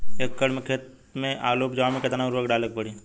एक एकड़ खेत मे आलू उपजावे मे केतना उर्वरक डाले के पड़ी?